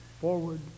forward